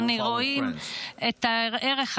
אינה פעולה פושעת.